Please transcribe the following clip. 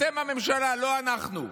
אתם הממשלה, לא אנחנו.